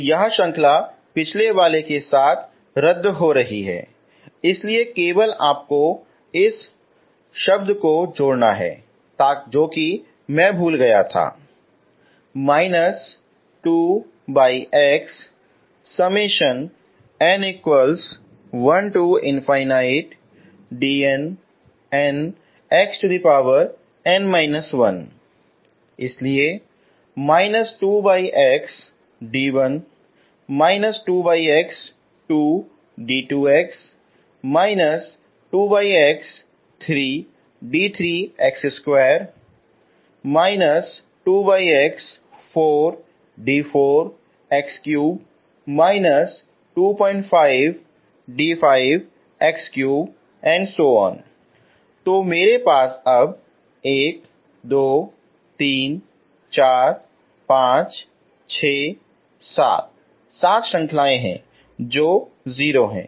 तो यह श्रंखला पिछले वाले के साथ रद्द हो रही है इसलिए केवल आपको इस शब्द को जोड़ना है ताकि मैंभूल गया था इसीलिए तो मेरे पास अब एक दो तीन चार पांच छह सात सात श्रृंखलाएं हैं जो 0 हैं